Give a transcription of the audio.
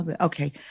Okay